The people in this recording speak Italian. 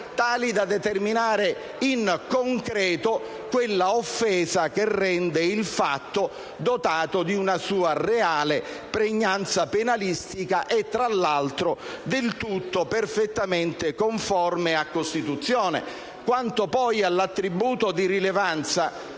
tali da determinare in concreto quell'offesa che rende il fatto dotato di una sua reale pregnanza penalistica; e tra l'altro del tutto perfettamente conforme a Costituzione. Quanto poi all'attributo di rilevanza,